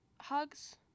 hugs